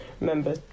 remember